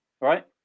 right